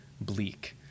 bleak